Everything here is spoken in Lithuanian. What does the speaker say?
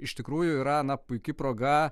iš tikrųjų yra na puiki proga